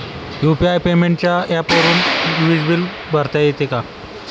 UPI पेमेंटच्या ऍपवरुन वीज बिल भरता येते का?